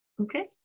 Okay